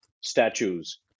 statues